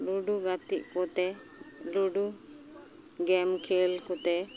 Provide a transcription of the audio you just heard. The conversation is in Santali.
ᱞᱩᱰᱩ ᱜᱟᱛᱮᱜ ᱠᱚᱛᱮ ᱞᱩᱰᱩ ᱜᱮᱢ ᱠᱷᱮᱞ ᱠᱚᱛᱮ